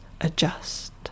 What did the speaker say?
adjust